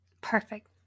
Perfect